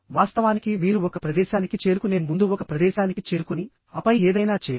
వాస్తవానికి మీరు ఒక ప్రదేశానికి చేరుకునే ముందు ఒక ప్రదేశానికి చేరుకుని ఆపై ఏదైనా చేయండి